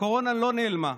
הקורונה לא נעלמה,